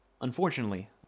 Unfortunately